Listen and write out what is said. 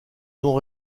non